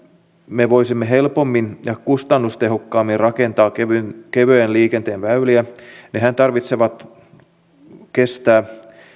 me voisimme helpommin ja kustannustehokkaammin rakentaa kevyen liikenteen väyliä niidenhän tarvitsee kestää